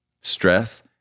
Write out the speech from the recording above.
Stress